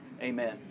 amen